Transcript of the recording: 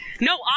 No